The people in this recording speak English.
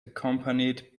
accompanied